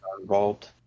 involved